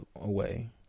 away